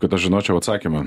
kad aš žinočiau atsakymą